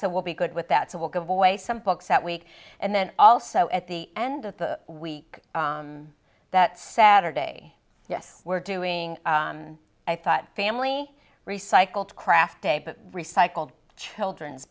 so will be good with that so we'll give away some books that week and then also at the end of the week that saturday yes we're doing i thought family recycled craft day but recycled children's